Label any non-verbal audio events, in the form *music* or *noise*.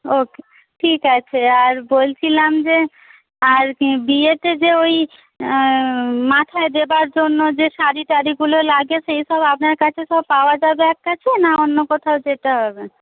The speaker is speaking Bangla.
ওকে ঠিক আছে আর বলছিলাম যে আর বিয়েতে যে ওই মাথায় দেবার জন্য যে শাড়িটারিগুলো লাগে সেই সব আপনার কাছে সব পাওয়া যাবে এক *unintelligible* না অন্য কোথাও যেতে হবে